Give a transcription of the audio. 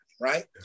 Right